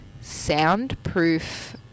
soundproof